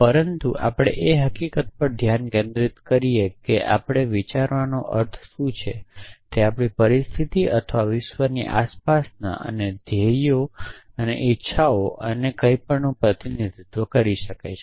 પરંતુ આપણે એ હકીકત પર ધ્યાન કેન્દ્રિત કરીએ કે આપણે વિચારવાનો અર્થ શું છે તે આપણી પરિસ્થિતિ અથવા વિશ્વની આસપાસના અને ધ્યેયો અને ઇચ્છાઓ અને કંઈપણનું પ્રતિનિધિત્વ છે